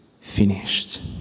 finished